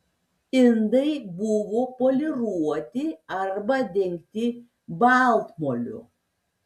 indai buvo poliruoti arba dengti baltmoliu